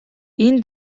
энэ